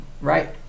right